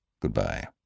Goodbye